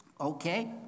Okay